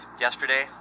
yesterday